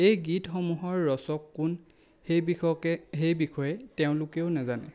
এই গীতসমূহৰ ৰচক কোন সেই বিষকে বিষয়ে তেওঁলোকেও নেজানে